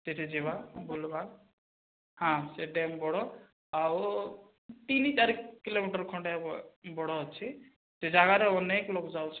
ସେଇଠି ଯିବା ବୁଲିବା ହଁ ସେଇ ଡ୍ୟାମ୍ ବଡ଼ ଆଉ ତିନି ଚାରି କିଲୋମିଟର୍ ଖଣ୍ଡେ ହେବ ବଡ଼ ଅଛି ସେଇ ଜାଗାରେ ଅନେକ ଲୋକ ଯାଉଛନ୍ତି